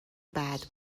بعد